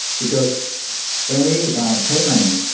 because when we pay money,